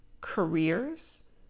careers